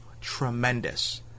tremendous